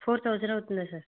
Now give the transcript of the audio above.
four thousand అవుతుందా sir